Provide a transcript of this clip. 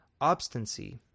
obstinacy